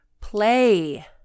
play